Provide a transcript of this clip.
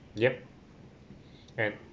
yup yup